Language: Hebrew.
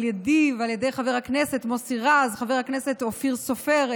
שלי ושל חבר הכנסת מוסי רז וחבר הכנסת אופיר סופר.